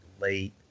late